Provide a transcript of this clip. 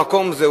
במקום זה,